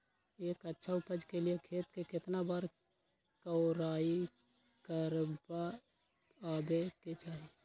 एक अच्छा उपज के लिए खेत के केतना बार कओराई करबआबे के चाहि?